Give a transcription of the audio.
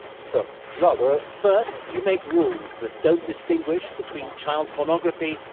first love ah first, you make rules that don't distinguish between child pornography,